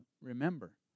remember